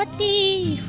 but the